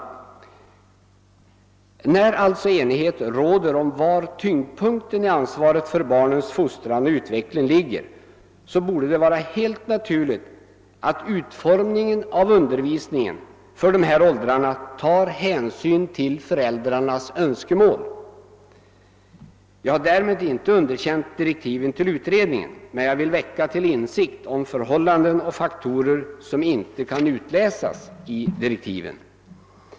Eftersom alltså enighet råder om var tyngdpunkten i ansvaret för barnens fostran och utveckling ligger, borde det vara helt naturligt att man vid utformningen av undervisningen för barn i de aktuella åldrarna tar hänsyn till föräldrarnas önskemål. Jag har med detta påpekande inte underkänt direktiven till utredningen, men jag har velat väcka insikt om förhållanden och faktorer som inte kan utläsas ur direktiven.